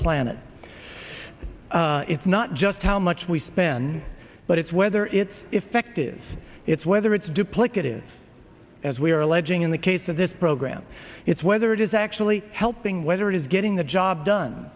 planet it's not just how much we spend but it's whether its effect is it's whether it's duplicative as we are alleging in the case of this program it's whether it is actually helping whether it is getting the job done